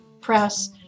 press